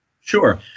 Sure